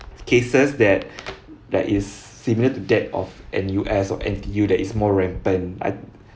cases that that is similar to that of N_U_S or N_T_U that is more rampant I